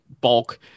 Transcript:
bulk